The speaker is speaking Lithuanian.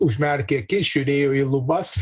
užmerkė akis žiūrėjo į lubas